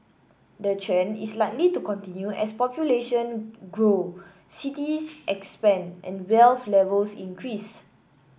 the trend is likely to continue as population grow cities expand and wealth levels increase